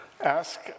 ask